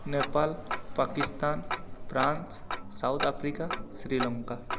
Nepal Pakistan France South Africa Sri Lanka